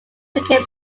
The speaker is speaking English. became